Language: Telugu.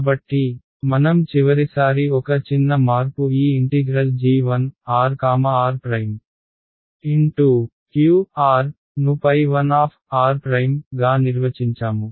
కాబట్టి మనం చివరిసారి ఒక చిన్న మార్పు ఈ ఇంటిగ్రల్g1rr'q ను 1r' గా నిర్వచించాము